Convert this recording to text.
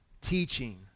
teaching